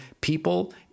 people